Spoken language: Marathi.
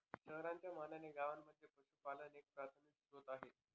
शहरांच्या मानाने गावांमध्ये पशुपालन एक प्राथमिक स्त्रोत आहे